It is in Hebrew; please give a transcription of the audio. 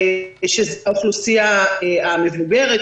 האוכלוסייה המדוברת,